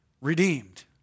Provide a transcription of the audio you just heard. Redeemed